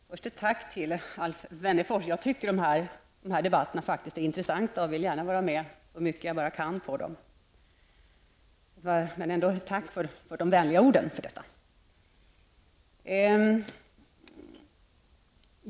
Herr talman! Först ett tack till Alf Wennerfors för de vänliga orden. Jag tycker denna debatt är intressant och vill gärna vara med så mycket jag kan.